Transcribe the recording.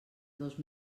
dos